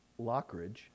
Lockridge